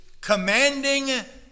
commanding